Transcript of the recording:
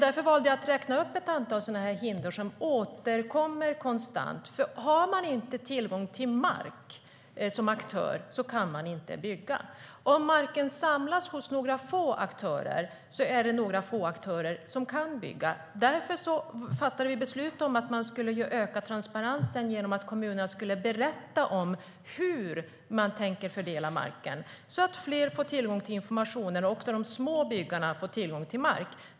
Därför valde jag att räkna upp ett antal hinder som återkommer konstant. Har man som aktör inte tillgång till mark kan man inte bygga. Om marken samlas hos några få aktörer är det några få aktörer som kan bygga. Därför fattade vi beslut om att öka transparensen genom att kommunerna skulle berätta hur de tänker fördela marken så att fler får tillgång till informationen och de små byggarna får tillgång till mark.